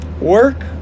work